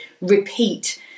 repeat